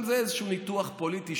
זה גם איזשהו ניתוח פוליטי,